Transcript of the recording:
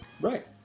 Right